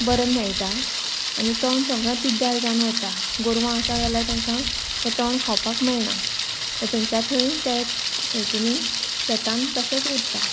बरें मेळटा आनी तण सगळें पिड्ड्यार जावन वता गोरवां आसा जाल्यार तेंकां तें तण खावपाक मेळणा थंयच्या थंय तें त्या हितुनी शेतान तशेंच उरता